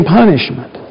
punishment